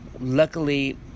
luckily